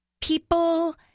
people